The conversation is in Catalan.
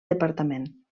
departament